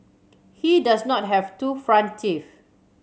he does not have two front teeth